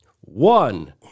One